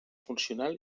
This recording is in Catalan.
funcional